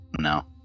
No